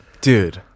Dude